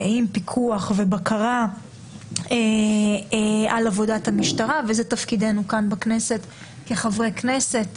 עם פיקוח ובקרה על עבודת המשטרה וזה תפקידנו כאן בכנסת כחברי כנסת,